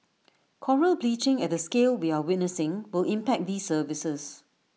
Coral bleaching at the scale we are witnessing will impact these services